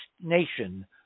nation